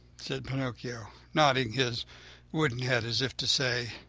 said pinocchio, nodding his wooden head, as if to say,